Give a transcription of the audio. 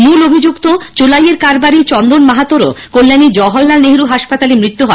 মূল অভিযুক্ত চোলাইয়ের কারবারী চন্দন মাহাতোর কল্যাণীর জওহরলাল নেহেরু হাসপাতালে মৃত্যু হয়